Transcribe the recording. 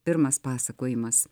pirmas pasakojimas